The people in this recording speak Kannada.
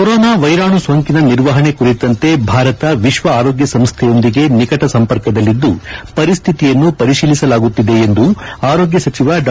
ಕೊರೋನಾ ವೈರಾಣು ಸೋಂಕಿನ ನಿರ್ವಹಣೆ ಕುರಿತಂತೆ ಭಾರತ ವಿಶ್ವ ಆರೋಗ್ಯ ಸಂಸ್ಥೆಯೊಂದಿಗೆ ನಿಕಟ ಸಂಪರ್ಕದಲ್ಲಿದ್ದು ಪರಿಸ್ಥಿತಿಯನ್ನು ಪರಿಶೀಲಿಸಲಾಗುತ್ತಿದೆ ಎಂದು ಆರೋಗ್ಯ ಸಚಿವ ಡಾ